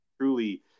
truly